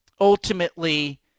ultimately